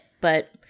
but-